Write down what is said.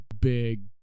big